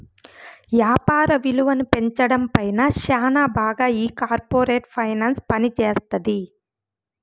యాపార విలువను పెంచడం పైన శ్యానా బాగా ఈ కార్పోరేట్ ఫైనాన్స్ పనిజేత్తది